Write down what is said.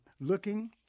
looking